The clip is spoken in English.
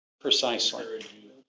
Precisely